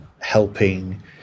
helping